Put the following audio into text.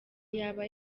yaba